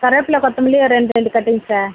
கருவேப்பிலை கொத்தமல்லி ஒரு ரெண்டு ரெண்டு கட்டுங்கள் சார்